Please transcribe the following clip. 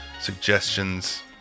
suggestions